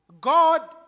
God